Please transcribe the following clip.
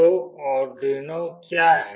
तो आर्डुइनो क्या है